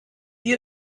ihr